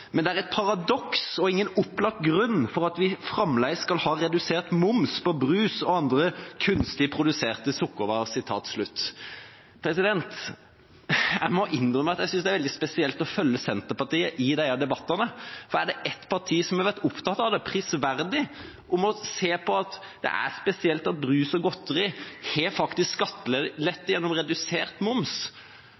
men det er eit paradoks og ingen opplagt grunn for at vi framleis skal ha redusert moms på brus og andre kunstig produserte sukkervarer.» Jeg må innrømme at jeg synes det er veldig spesielt å følge Senterpartiet i disse debattene, for det er et parti som har vært opptatt av – prisverdig – å se på at det er spesielt at brus og godteri faktisk har